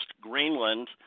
Greenland